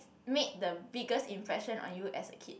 made the biggest impression on you as a kid